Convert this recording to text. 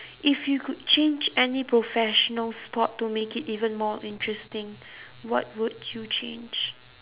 if you could change any professional sport to make it even more interesting what would you change